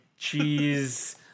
cheese